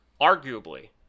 arguably